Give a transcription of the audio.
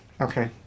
okay